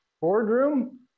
Boardroom